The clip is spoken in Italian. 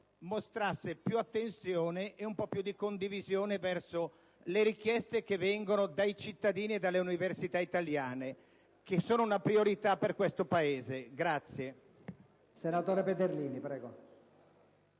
mostrasse più attenzione e un po' più di condivisione verso le richieste che vengono dai cittadini e dalle università italiane, che rappresentano una priorità per questo Paese.